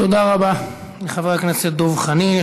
תודה רבה לחבר הכנסת דב חנין.